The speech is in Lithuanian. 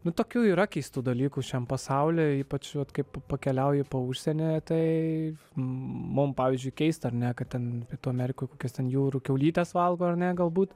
nu tokių yra keistų dalykų šiam pasauly ypač kaip pakeliauji po užsienį tai mum pavyzdžiui keista ar ne kad ten pietų amerikoj kokias ten jūrų kiaulytes valgo ar ne galbūt